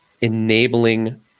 enabling